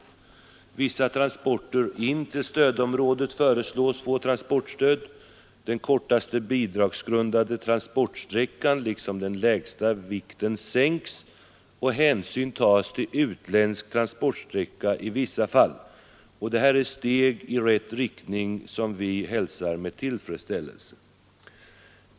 Vissa transporter in till stödområdet föreslås få transportstöd, den kortaste bidragsgrundande transportsträckan förkortas, den lägsta vikten sänks och hänsyn tas till utländsk transportsträcka i vissa fall. Detta är steg i rätt riktning som vi hälsar med tillfredsställelse.